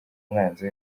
umwanzi